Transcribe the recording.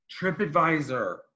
TripAdvisor